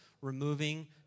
removing